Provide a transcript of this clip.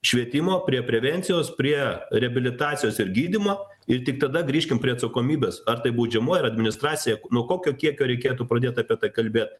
švietimo prie prevencijos prie reabilitacijos ir gydymo ir tik tada grįžkim prie atsakomybės ar tai baudžiamoji administracija nuo kokio kiekio reikėtų pradėt apie tai kalbėt